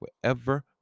wherever